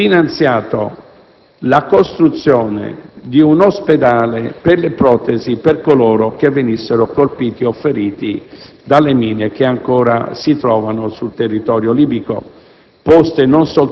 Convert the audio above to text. ha finanziato la costruzione di un ospedale per le protesi per coloro che venissero colpiti o feriti dalle mine che ancora si trovano sul territorio libico,